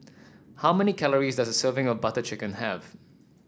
how many calories does a serving of Butter Chicken have